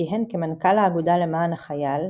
כיהן כמנכ"ל האגודה למען החייל,